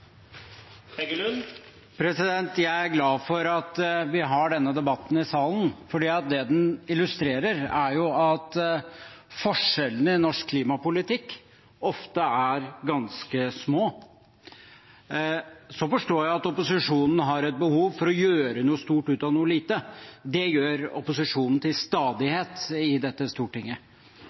glad for at vi har denne debatten i salen, for det den illustrerer, er jo at forskjellene i norsk klimapolitikk ofte er ganske små. Så forstår jeg at opposisjonen har et behov for å gjøre noe stort ut av noe lite. Det gjør opposisjonen til stadighet i dette stortinget.